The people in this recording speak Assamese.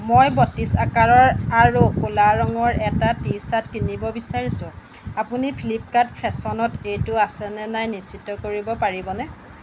মই বত্ৰিছ আকাৰৰ আৰু ক'লা ৰঙৰ এটা টি শ্বাৰ্ট কিনিব বিচাৰিছোঁ আপুনি ফ্লিপকাৰ্ট ফেশ্বনত এইটো আছে নে নাই নিশ্চিত কৰিব পাৰিবনে